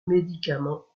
médicament